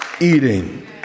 Eating